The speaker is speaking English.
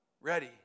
ready